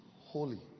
holy